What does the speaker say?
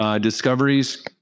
discoveries